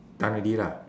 done already lah